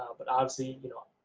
ah but obviously, you know,